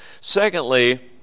Secondly